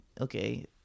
okay